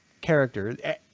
character